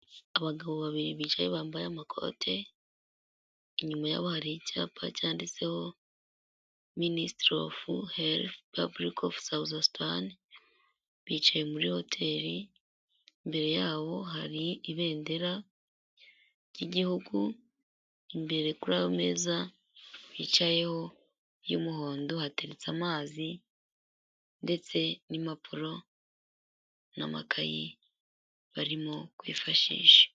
Abagabo babiri bicaye bambaye amakote inyuma yabo hari icyapa cyanditseho minisitiri ofu helifu paburike ofu sawuzasitani. Bicaye muri hoteli, imbere yaho hari ibendera ry'igihugu, imbere kuri ayo ameza bicayeho y'umuhondo hateretse amazi ndetse n'impapuro n'amakayi barimo kwifashisha.